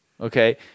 Okay